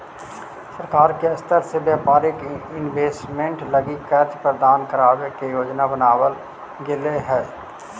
सरकार के स्तर से व्यापारिक इन्वेस्टमेंट लगी कर्ज प्रदान करावे के योजना बनावल गेले हई